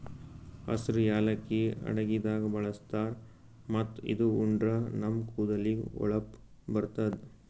ಹಸ್ರ್ ಯಾಲಕ್ಕಿ ಅಡಗಿದಾಗ್ ಬಳಸ್ತಾರ್ ಮತ್ತ್ ಇದು ಉಂಡ್ರ ನಮ್ ಕೂದಲಿಗ್ ಹೊಳಪ್ ಬರ್ತದ್